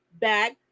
back